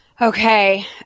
Okay